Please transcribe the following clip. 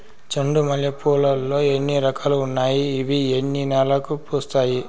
చెండు మల్లె పూలు లో ఎన్ని రకాలు ఉన్నాయి ఇవి ఎన్ని నెలలు పూస్తాయి